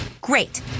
Great